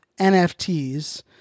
NFTs